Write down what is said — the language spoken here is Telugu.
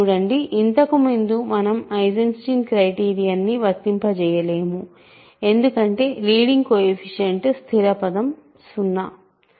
చూడండి ఇంతకుముందు మనం ఐసెన్స్టీన్ క్రైటీరియన్ ని వర్తింపచేయలేము ఎందుకంటే లీడింగ్ కోయెఫిషియంట్ స్థిర పదం 0